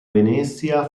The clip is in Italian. venezia